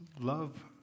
Love